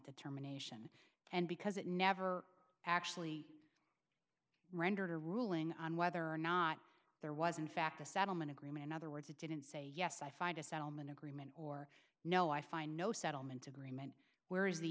the terminations and because it never actually rendered a ruling on whether or not there was in fact a settlement agreement in other words it didn't say yes i find a settlement agreement or no i find no settlement agreement where is the